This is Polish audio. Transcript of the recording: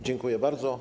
Dziękuję bardzo.